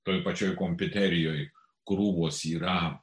toj pačioj kompiuterijoj krūvos yra